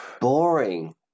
Boring